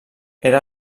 era